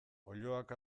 oiloak